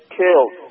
killed